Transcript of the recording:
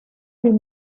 been